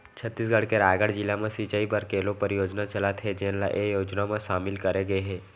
छत्तीसगढ़ के रायगढ़ जिला म सिंचई बर केलो परियोजना चलत हे जेन ल ए योजना म सामिल करे गे हे